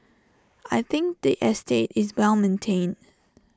I think the estate is well maintained